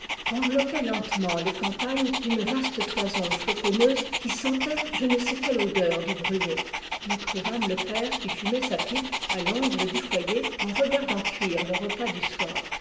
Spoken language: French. loppait lentement les campagnes d'une vaste toison flocon neuse qui sentait je ne sais quelle odeur de brûlé nous trouvâmes le père qui fumait sa pipe à l'angle du foyer en regardant cuire le repas du soir